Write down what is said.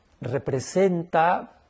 representa